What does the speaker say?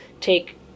take